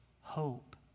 hope